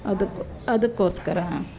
ಅದಕ್ಕೆ ಅದಕ್ಕೋಸ್ಕರ